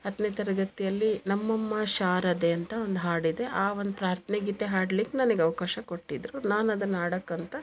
ಹತ್ತನೇ ತರಗತಿಯಲ್ಲಿ ನಮ್ಮಮ್ಮ ಶಾರದೆ ಅಂತ ಒಂದು ಹಾಡಿದೆ ಆ ಒಂದು ಪ್ರಾರ್ಥನೆ ಗೀತೆ ಹಾಡ್ಲಿಕ್ಕೆ ನನಗೆ ಅವಕಾಶ ಕೊಟ್ಟಿದ್ದರು ನಾನದನ್ನು ಆಡಕ್ಕಂತ